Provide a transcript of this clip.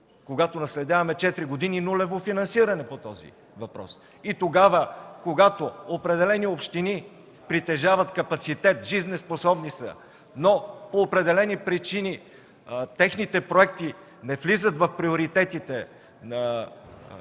когато наследяваме четири години нулево финансиране по този въпрос. И когато определени общини притежават капацитет, жизнеспособни са, но по определени причини техните проекти не влизат в приоритетите на